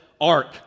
ark